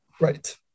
Right